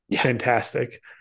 fantastic